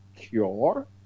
Cure